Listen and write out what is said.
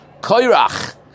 Koirach